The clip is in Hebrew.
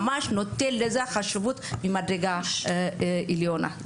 נותן לזה חשיבות ממדרגה עליונה.